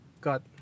got